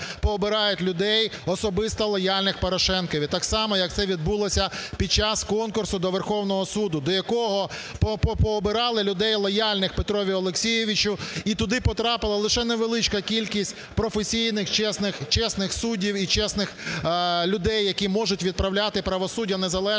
пообирають людей особисто лояльних Порошенкові, так само, як це відбулося під час конкурсу до Верховного Суду, до якого пообирали людей, лояльних Петрові Олексійовичу, і туди потрапила лише невеличка кількість професійних, чесних суддів і чесних людей, які можуть відправляти правосуддя незалежно